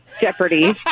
jeopardy